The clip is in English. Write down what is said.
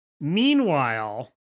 Meanwhile